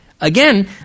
again